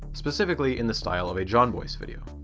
specifically in the style of a jon bois video.